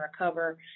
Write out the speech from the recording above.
recover